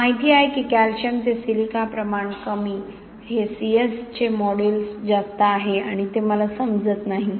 आपल्याला माहिती आहे की कॅल्शियम ते सिलिका प्रमाण कमी हे CSH चे मॉड्यूलस जास्त आहे आणि मला ते समजत नाही